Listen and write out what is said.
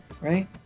Right